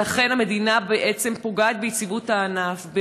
לכן המדינה בעצם פוגעת ביציבות הענף,